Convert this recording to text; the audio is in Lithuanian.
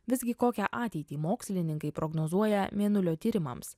visgi kokią ateitį mokslininkai prognozuoja mėnulio tyrimams